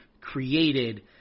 created